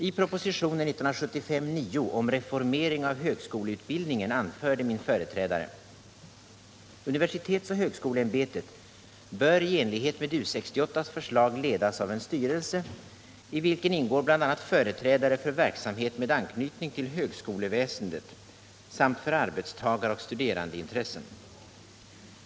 I proposition 1975:9 om reformering av högskoleutbildningen anförde min företrädare: ”UHÄ bör i enlighet med U 68:s förslag ledas av en styrelse, i vilken ingår bl.a. företrädare för verksamhet med anknytning till högskoleväsendet samt för arbetstagaroch studerandeintressen.